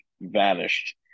vanished